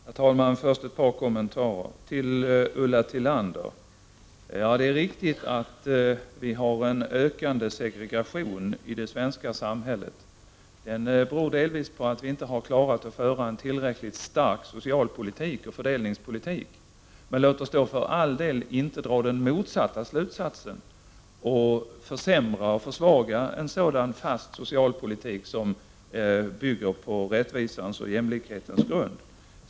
Herr talman! Först vill jag bara göra några korta kommentarer. Det är riktigt, Ulla Tillander, att vi har en ökande segregation i det svenska samhället. Den beror delvis på att vi inte har klarat att föra en tillräckligt stark socialpolitik och fördelningspolitik. Låt oss då för all del inte dra den motsatta slutsatsen och försämra och försvaga en sådan fast socialpolitik som bygger på rättvisans och jämlikhetens grund.